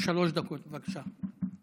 שלוש דקות, בבקשה.